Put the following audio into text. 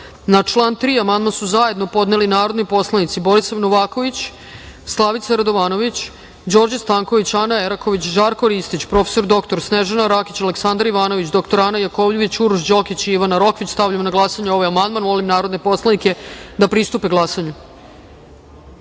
sa ispravkom, zajedno su podneli narodni poslanici Borislav Novaković, Slavica Radovanović, Đorđe Stanković, Ana Eraković, Žarko Ristić, prof. dr Snežana Rakić, Aleksandar Ivanović, dr Ana Jakovljević, Uroš Đokić i Ivana Rokvić. Stavljam na glasanje ovaj amandman. Molim narodne poslanike da glasaju. Zaključujem